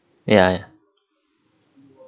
ya ya